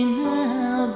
now